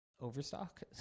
Overstock